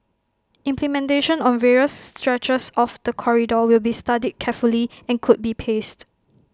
implementation on various stretches of the corridor will be studied carefully and could be paced